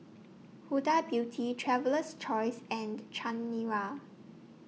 Huda Beauty Traveler's Choice and Chanira